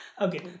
Okay